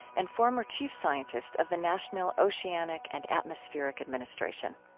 and former chief scientist of the national oceanic and atmospheric administration.